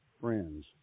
friends